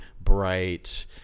bright